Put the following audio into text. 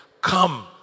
come